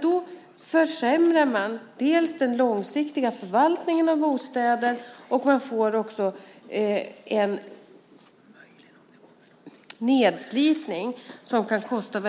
Då försämrar man dels den långsiktiga förvaltningen av bostäder, dels får man en nedslitning som kan kosta